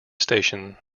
station